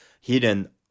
hidden